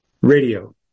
radio